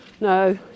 no